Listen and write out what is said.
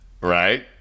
Right